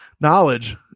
knowledge